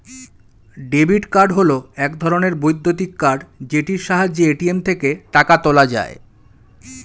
debit card হল এক ধরণের বৈদ্যুতিক কার্ড যেটির সাহায্যে এ.টি.এম থেকে টাকা তোলা যায়